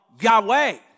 Yahweh